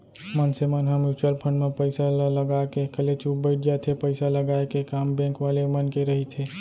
मनसे मन ह म्युचुअल फंड म पइसा ल लगा के कलेचुप बइठ जाथे पइसा लगाय के काम बेंक वाले मन के रहिथे